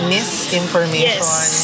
Misinformation